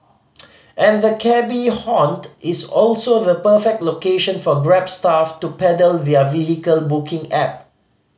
and the cabby haunt is also the perfect location for Grab staff to peddle their vehicle booking app